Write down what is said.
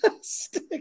stick